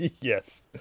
Yes